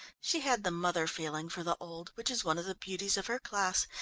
she had the mother feeling for the old, which is one of the beauties of her class,